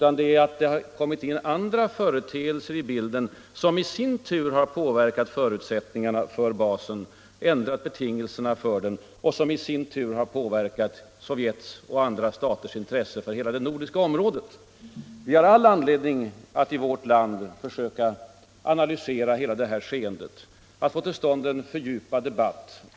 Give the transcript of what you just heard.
Andra företeelser har kommit in i bilden och påverkat förutsättningarna för basen. I sin tur har detta påverkat Sovjets och andra staters intresse för hela det nordiska området. Vi har all anledning att i vårt land försöka analysera skeendet och få till stånd en fördjupad debatt.